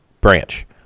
Branch